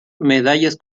medallas